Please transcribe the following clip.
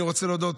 אני רוצה להודות